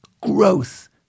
growth